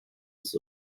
ist